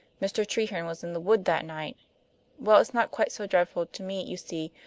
mr. treherne was in the wood that night well, it's not quite so dreadful to me, you see,